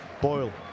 Boyle